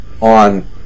on